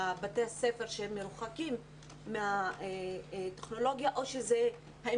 לבתי הספר שהם מרוחקים מהטכנולוגיה או האם